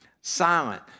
silent